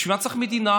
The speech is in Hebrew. בשביל מה צריך מדינה?